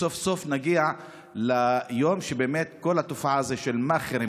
סוף-סוף נגיע ליום שבו כל התופעה של מאכערים